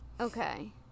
Okay